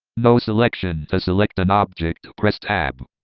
no selection, to select an object press tab,